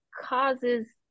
causes